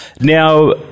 Now